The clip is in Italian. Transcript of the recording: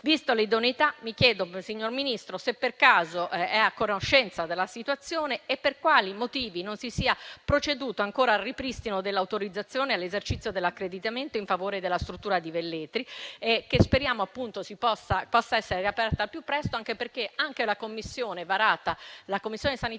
Vista l'idoneità, mi chiedo, signor Ministro, se per caso è a conoscenza della situazione e per quali motivi non si sia ancora proceduti al ripristino dell'autorizzazione all'esercizio dell'accreditamento in favore della struttura di Velletri, che speriamo possa essere riaperta al più presto, perché anche la commissione sanitaria